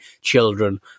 children